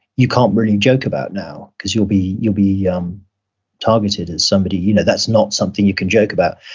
you can't really joke about now cause you'll be you'll be um targeted as somebody, you know, that's not something you can joke about.